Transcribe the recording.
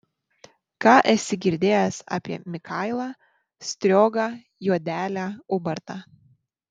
ką esi girdėjęs apie mikailą striogą juodelę ubartą